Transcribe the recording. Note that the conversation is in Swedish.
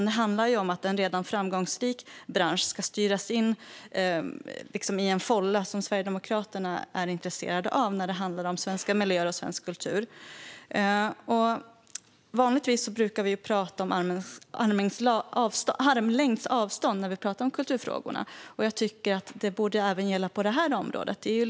Det handlar om att en redan framgångsrik bransch ska styras in i den fålla Sverigedemokraterna är intresserade av när det gäller svenska miljöer och svensk kultur. Vanligtvis talar vi om armlängds avstånd när det gäller kultur, och det borde även gälla på detta område.